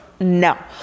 No